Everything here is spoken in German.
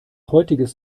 heutiges